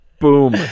Boom